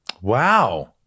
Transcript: Wow